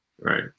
right